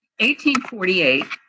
1848